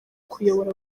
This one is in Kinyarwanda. kuyobora